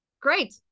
Great